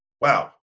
Wow